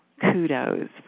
kudos